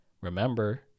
Remember